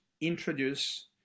introduce